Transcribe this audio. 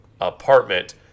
apartment